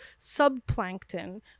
subplankton